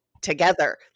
together